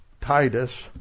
Titus